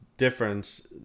difference